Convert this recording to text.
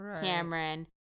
Cameron